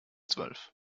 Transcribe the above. zwölf